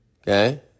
Okay